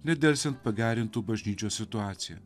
nedelsiant pagerintų bažnyčios situaciją